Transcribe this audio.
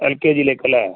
L K ജിയിലേക്ക് അല്ലേ